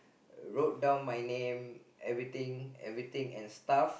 wrote down my name everything everything and stuff